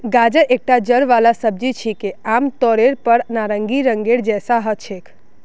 गाजर एकता जड़ वाला सब्जी छिके, आमतौरेर पर नारंगी रंगेर जैसा ह छेक